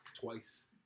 twice